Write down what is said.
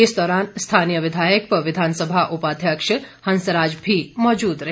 इस दौरान स्थानीय विधायक व विधानसभा उपाध्यक्ष हंसराज भी मौजूद रहे